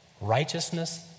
righteousness